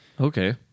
Okay